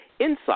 Inside